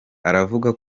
aravuga